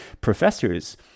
professors